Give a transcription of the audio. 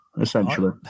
Essentially